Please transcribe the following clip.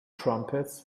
trumpets